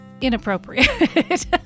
inappropriate